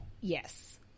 Yes